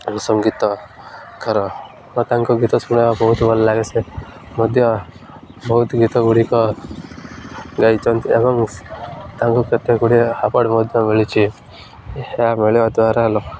ସଙ୍ଗୀତ ଘର ତାଙ୍କ ଗୀତ ଶୁଣିବା ବହୁତ ଭଲ ଲାଗେ ସେ ମଧ୍ୟ ବହୁତ ଗୀତ ଗୁଡ଼ିକ ଗାଇନ୍ତି ଏବଂ ତାଙ୍କୁ କେତେ ଗୁଡ଼ିଏ ଆୱାର୍ଡ଼ ମଧ୍ୟ ମିଳିୁଛିି ଏହା ମିଳିବା ଦ୍ୱାରା